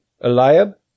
Eliab